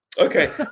Okay